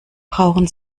brauchen